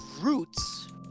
roots